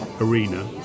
Arena